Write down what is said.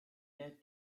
that